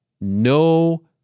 no